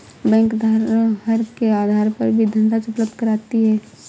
bank धरोहर के आधार पर भी धनराशि उपलब्ध कराती है